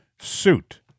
suit